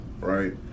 right